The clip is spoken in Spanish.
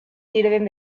sirven